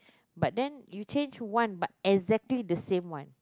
but then you change one but exactly the same one